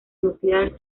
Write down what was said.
nuclear